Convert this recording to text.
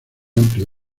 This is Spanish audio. amplio